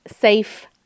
safe